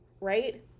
right